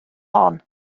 hon